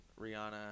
Rihanna